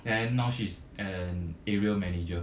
and now she's an area manager